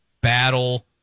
battle